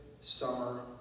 summer